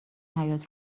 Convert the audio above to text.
حیاط